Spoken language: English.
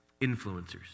influencers